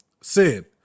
Sin